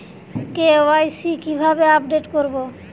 KYC কিভাবে update করব?